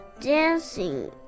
dancing